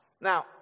Now